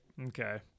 Okay